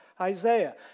Isaiah